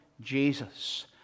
Jesus